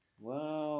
Wow